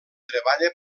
treballa